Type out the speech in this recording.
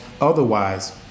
otherwise